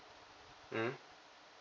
mm